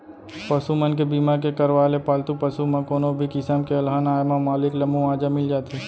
पसु मन के बीमा के करवाय ले पालतू पसु म कोनो भी किसम के अलहन आए म मालिक ल मुवाजा मिल जाथे